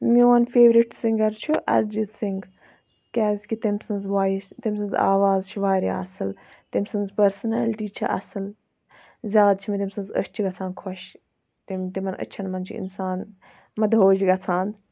میون favourite singer چھُ ارِجیٖت سِنگ کیازِ کہِ تٔمۍ سٕنز وایِس تٔمۍ سٕنز آواز چھِ واریا ہ اَصٕل تٔمۍ سٕنز پٔرسٔنیلٹی چھےٚ اَصٕل زیادٕ چھِ مےٚ تٔمۍ سٕنز أچھ گژھان خۄش تِمن أچھن منٛز چھُ اِنسان مَدہوش گژھان